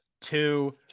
two